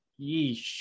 yeesh